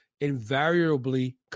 invariably